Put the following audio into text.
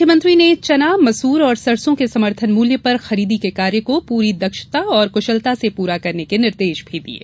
मुख्यमंत्री ने चना मसूर और सरसों के समर्थन मूल्य पर खरीदी के कार्य को पूरी दक्षता और कुशलता से पूरा करने के निर्देश भी दिये